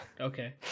Okay